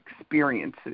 experiences